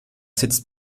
sitzt